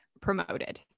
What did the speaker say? promoted